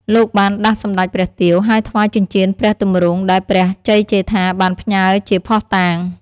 លោកបានដាស់សម្តេចព្រះទាវ ហើយថ្វាយ ចិញ្ចៀនព្រះទម្រង់ ដែលព្រះជ័យជេដ្ឋាបានផ្ញើជាភស្តុតាង។